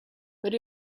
but